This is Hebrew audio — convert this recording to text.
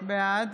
בעד